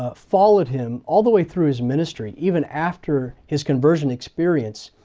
ah followed him all the way through his ministry, even after his conversion experience.